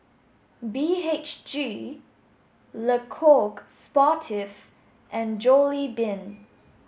B H G LeCoq Sportif and Jollibean